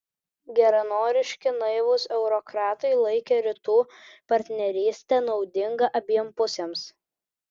geranoriški naivūs eurokratai laikė rytų partnerystę naudinga abiem pusėms